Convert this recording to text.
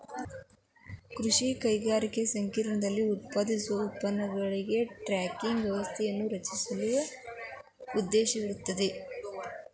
ಕೃಷಿ ಕೈಗಾರಿಕಾ ಸಂಕೇರ್ಣದಲ್ಲಿ ಉತ್ಪಾದಿಸುವ ಉತ್ಪನ್ನಗಳಿಗೆ ಟ್ರ್ಯಾಕಿಂಗ್ ವ್ಯವಸ್ಥೆಯನ್ನು ರಚಿಸಲು ಉದ್ದೇಶಿಸಿದೆ